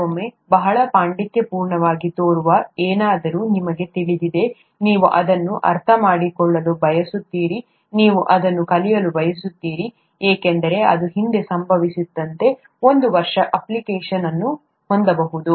ಕೆಲವೊಮ್ಮೆ ಬಹಳ ಪಾಂಡಿತ್ಯಪೂರ್ಣವಾಗಿ ತೋರುವ ಏನಾದರೂ ನಿಮಗೆ ತಿಳಿದಿದೆ ನೀವು ಅದನ್ನು ಅರ್ಥಮಾಡಿಕೊಳ್ಳಲು ಬಯಸುತ್ತೀರಿ ನೀವು ಅದನ್ನು ಕಲಿಯಲು ಬಯಸುತ್ತೀರಿ ಏಕೆಂದರೆ ಅದು ಹಿಂದೆ ಸಂಭವಿಸಿದಂತೆ ಒಂದು ವರ್ಷದೊಳಗೆ ಅಪ್ಲಿಕೇಶನ್ ಅನ್ನು ಹೊಂದಬಹುದು